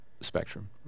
spectrum